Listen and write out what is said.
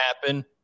happen